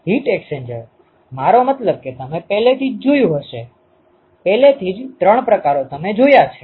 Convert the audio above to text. heat exchanger મારો મતલબ કે તમે પહેલેથી જ જોયું હશે પહેલેથી જ ત્રણ પ્રકારો તમે જોયા છે